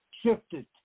shifted